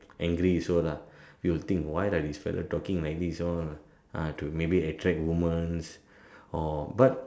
angry also lah this fellow talking like this all ah to maybe attract women or but